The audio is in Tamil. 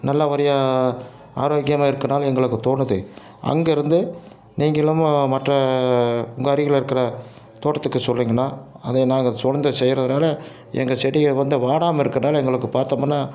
நல்லபடியாக ஆரோக்கியமாக இருக்கனால எங்களுக்கு தோணுது அங்கே இருந்து நீங்களும் மற்ற உங்கள் அருகில் இருக்கிற தோட்டத்துக்கு சொல்லுறீங்கன்னா அதை நாங்கள் சொன்னதை செய்யறதுனால எங்கள் செடிகள் வந்து வாடாம இருக்கிறனால எங்களுக்கு பார்த்தோமுன்னா